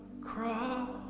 cross